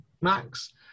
max